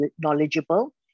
knowledgeable